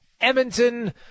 Edmonton